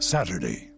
Saturday